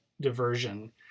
diversion